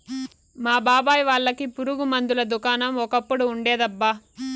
మా బాబాయ్ వాళ్ళకి పురుగు మందుల దుకాణం ఒకప్పుడు ఉండేదబ్బా